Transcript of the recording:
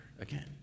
again